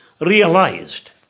Realized